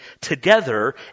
together